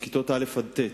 בכיתות א' ט'.